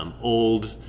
Old